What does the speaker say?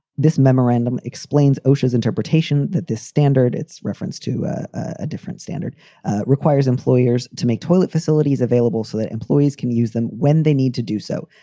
this memorandum explains osha's interpretation that this standard, its reference to a different standard requires employers to make toilet facilities available so that employees can use them when they need to do so.